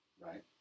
right